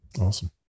Awesome